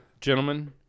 Gentlemen